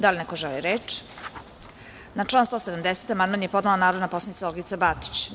Da li neko želi reč? (Ne) Na član 170. amandman je podnela narodni poslanik Olgica Batić.